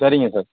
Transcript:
சரிங்க சார்